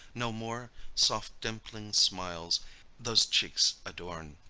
no more soft dimpling smiles those cheeks adorn,